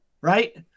right